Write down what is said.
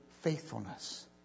faithfulness